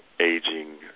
aging